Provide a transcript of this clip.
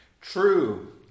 true